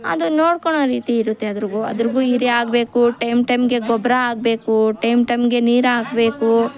ಅದು ನೋಡ್ಕೊಳ್ಳೋ ರೀತಿ ಇರುತ್ತೆ ಅದ್ರಾಗು ಅದ್ರಾಗು ಇದೇ ಆಗಬೇಕು ಟೈಮ್ ಟೈಮ್ಗೆ ಗೊಬ್ಬರ ಹಾಕ್ಬೇಕು ಟೈಮ್ ಟೈಮ್ಗೆ ನೀರಾಕ್ಬೇಕು